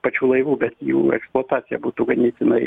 pačių laivų bet jų eksploatacija būtų ganėtinai